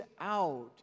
out